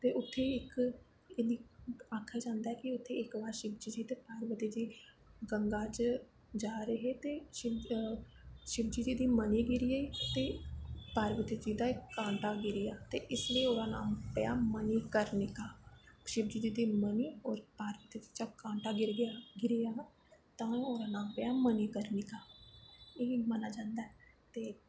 ते उत्थें इक आक्खेआ जंदा कि उत्थें इक बारी शिवजी ते पार्वती गंगा च जा दे हे ते शिव जी दी मनी किरी गेआ ते पार्वती दा इक कांटा किरी गेआ ते इस करी ओह्दा नांऽ पेआ मनी करनिका शिव जी दी मनी ते पार्वती जी दा कांटा घिरी गेआ हा तां ओह् नांऽ पेा हा मनिकरनिका ते इक करियै